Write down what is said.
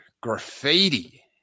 graffiti